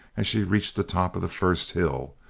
as she reached the top of the first hill,